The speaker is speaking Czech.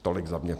Tolik za mě.